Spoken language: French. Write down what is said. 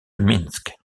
minsk